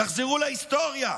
תחזרו להיסטוריה.